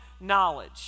knowledge